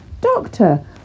Doctor